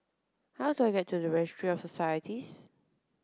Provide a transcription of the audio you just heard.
how do I get to Registry of Societies